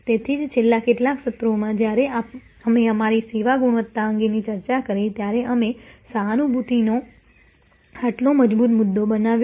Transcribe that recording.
તેથી જ છેલ્લા કેટલાક સત્રોમાં જ્યારે અમે અમારી સેવાની ગુણવત્તા અંગે ચર્ચા કરી ત્યારે અમે સહાનુભૂતિને આટલો મજબૂત મુદ્દો બનાવ્યો